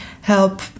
help